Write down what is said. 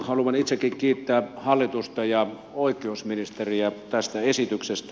haluan itsekin kiittää hallitusta ja oikeusministeriä tästä esityksestä